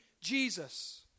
Jesus